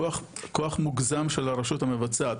כוח מוגזם של הרשות המבצעת,